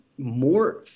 More